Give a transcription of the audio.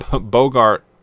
Bogart